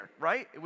right